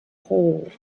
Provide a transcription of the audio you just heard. hole